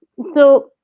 so,